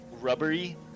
rubbery